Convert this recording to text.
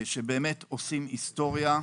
שעושים היסטוריה.